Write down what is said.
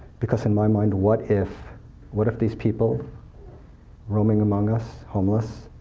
because in my mind, what if what if these people roaming among us, homeless,